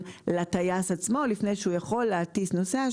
לטייס עצמו לפני שהוא יכול להטיס נוסע,